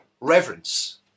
reverence